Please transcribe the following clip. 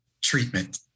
treatment